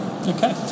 Okay